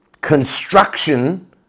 construction